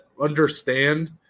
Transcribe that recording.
understand –